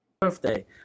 birthday